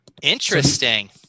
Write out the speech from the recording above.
Interesting